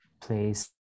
place